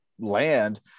land